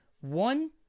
one